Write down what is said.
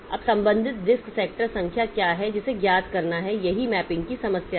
अब संबंधित disk sector संख्या क्या है जिसे ज्ञात करना है यही मैपिंग की समस्या है